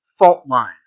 Faultline